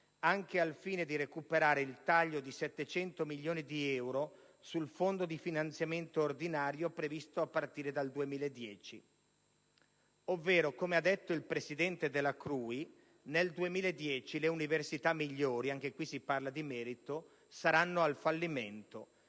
anche al fine di recuperare il taglio di 700 milioni di euro sul fondo di finanziamento ordinario previsto a partire dal 2010". Ovvero, come ha detto il presidente della CRUI, nel 2010 le università migliori, anche in questo caso si parla di merito, saranno al fallimento